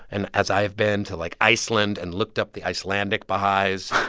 and as i have been, to like iceland and looked up the icelandic baha'is,